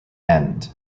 end